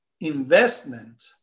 investment